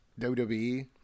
WWE –